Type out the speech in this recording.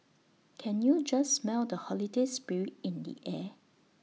can you just smell the holiday spirit in the air